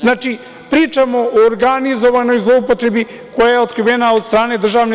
Znači, pričamo o organizovanoj zloupotrebi koja je otkrivena od strane DRI.